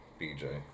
BJ